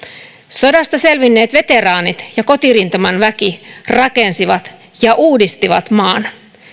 sodasta selvinneet veteraanit ja kotirintaman väki rakensivat ja uudistivat maan